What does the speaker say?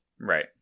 Right